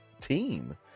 team